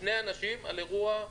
שני אנשים על אירוע,